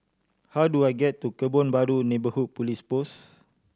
how do I get to Kebun Baru Neighbourhood Police Post